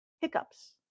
hiccups